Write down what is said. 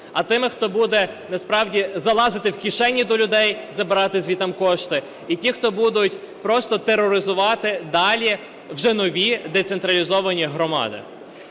а тими, хто буде насправді залазити в кишені до людей, забирати звідти кошти, і хто, будуть просто тероризувати далі вже нові децентралізовані громади.